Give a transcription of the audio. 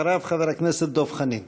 אחריו, חבר הכנסת דב חנין.